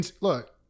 Look